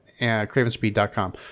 CravenSpeed.com